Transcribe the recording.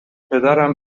پدرم